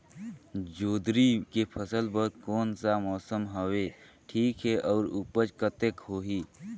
जोंदरी के फसल बर कोन सा मौसम हवे ठीक हे अउर ऊपज कतेक होही?